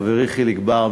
חברי חיליק בר,